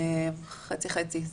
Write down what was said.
חצי-חצי,